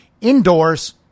indoors